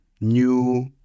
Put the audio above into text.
new